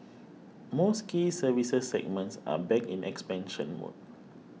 most key services segments are back in expansion mode